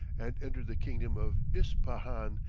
and entered the kingdom of ispahan,